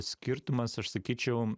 skirtumas aš sakyčiau